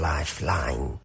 Lifeline